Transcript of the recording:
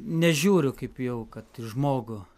nežiūriu kaip jau kad į žmogų